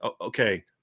okay –